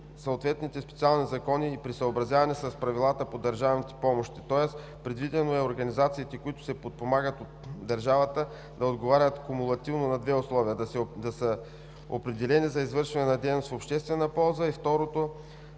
съответните специални закони и при съобразяване с правилата по държавните помощи, тоест предвидено е организациите, които се подпомагат от държавата, да отговарят кумулативно на две условия: 1. Да са определени за извършване на дейност в обществена полза и 2.